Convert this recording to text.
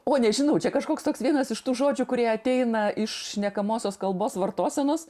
o nežinau čia kažkoks toks vienas iš tų žodžių kurie ateina iš šnekamosios kalbos vartosenos